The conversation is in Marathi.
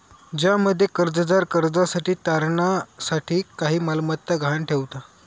ज्यामध्ये कर्जदार कर्जासाठी तारणा साठी काही मालमत्ता गहाण ठेवता